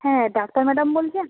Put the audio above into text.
হ্যাঁ doctor madam বলছেন